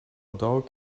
little